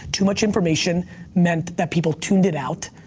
too much information meant that people tuned it out.